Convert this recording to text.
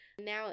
now